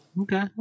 okay